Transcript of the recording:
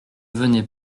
venait